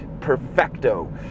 perfecto